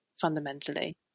fundamentally